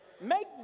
make